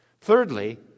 Thirdly